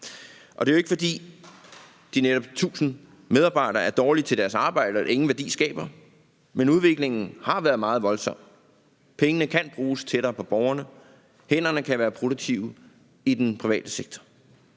Og det er jo ikke, fordi de netop 1000 medarbejdere er dårlige til deres arbejde eller ingen værdi skaber, men udviklingen har været meget voldsom. Pengene kan bruges tættere på borgerne. Hænderne kan være produktive i den private sektor.